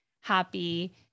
happy